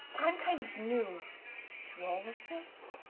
i'm kind of new to all of of this.